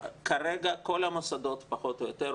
כרגע כל המוסדות פחות או יותר,